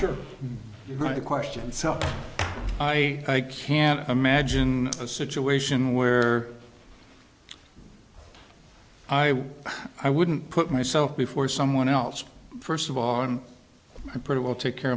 a question so i can't imagine a situation where i i wouldn't put myself before someone else first of all and i pretty well take care